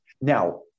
Now